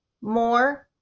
more